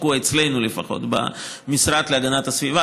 שתקוע אצלנו במשרד להגנת הסביבה.